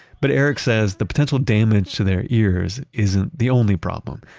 but eric says the potential damage to their ears isn't the only problem.